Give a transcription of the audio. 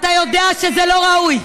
אתה יודע שזה לא ראוי,